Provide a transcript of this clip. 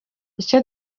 icyo